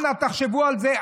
אנא, תחשבו על זה.